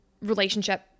relationship